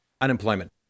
unemployment